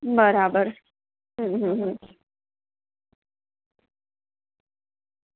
બરાબર હમ હમ